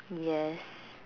yes